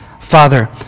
Father